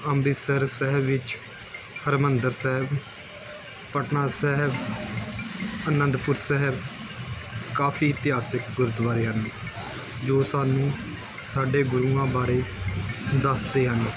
ਅੰਮ੍ਰਿਤਸਰ ਸਾਹਿਬ ਵਿੱਚ ਹਰਿਮੰਦਰ ਸਾਹਿਬ ਪਟਨਾ ਸਾਹਿਬ ਅਨੰਦਪੁਰ ਸਾਹਿਬ ਕਾਫੀ ਇਤਿਹਾਸਿਕ ਗੁਰਦੁਆਰੇ ਹਨ ਜੋ ਸਾਨੂੰ ਸਾਡੇ ਗੁਰੂਆਂ ਬਾਰੇ ਦੱਸਦੇ ਹਨ